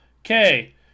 okay